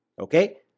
okay